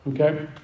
Okay